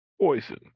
Poison